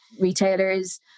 retailers